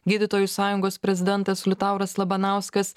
gydytojų sąjungos prezidentas liutauras labanauskas